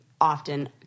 often